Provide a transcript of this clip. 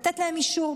לתת להם אישור,